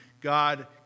God